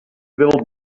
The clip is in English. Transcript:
will